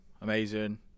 amazing